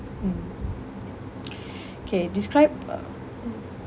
mm K describe a